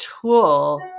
tool